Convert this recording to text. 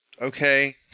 okay